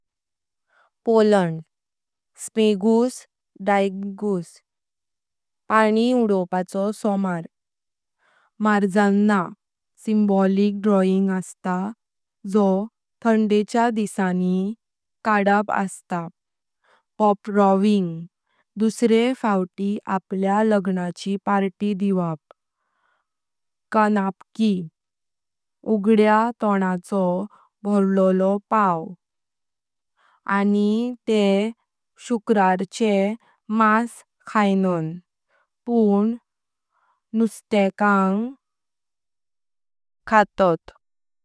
Poland. Smigus Dyngus (पाणी उडवपाचो सोमार), "मार्ज़ाना" (संबोलिक डुबायचो अस्तां जो थंडेच्या दिसणें काडप आसता) "पोप्राविनी" (दूसरे फौती आपल्या लग्नाची पार्टी दिवाप), "कनाप्की" (उगड्या तोणाचो भरलोले पाव), आनी ते शुक्रार चे मास खाइनां पुण नुस्त्याक खातात।